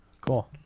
Cool